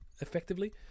effectively